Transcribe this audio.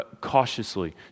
cautiously